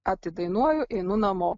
atidainuoju einu namo